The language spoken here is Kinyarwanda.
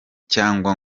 cyangwa